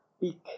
peak